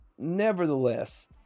nevertheless